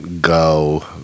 go